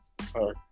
Sorry